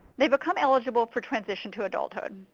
they become eligible for transition to adulthood.